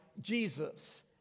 Jesus